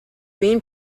being